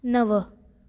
नव